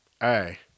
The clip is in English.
hey